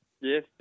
Yes